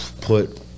put